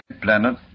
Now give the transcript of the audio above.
Planet